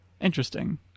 Interesting